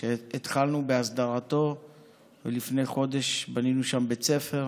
שהתחלנו בהסדרתו ולפני חודש בנינו שם בית ספר,